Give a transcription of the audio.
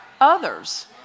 others